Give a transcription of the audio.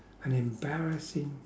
an embarrassing